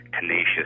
tenacious